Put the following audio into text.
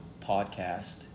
podcast